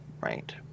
right